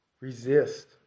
Resist